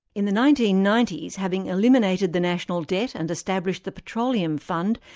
in the nineteen ninety s, having eliminated the national debt and established the petroleum fund,